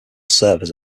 servers